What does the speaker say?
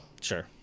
Sure